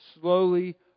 slowly